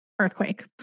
earthquake